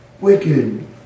wicked